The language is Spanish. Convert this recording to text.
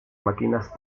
máquinas